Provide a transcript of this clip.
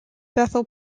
bethel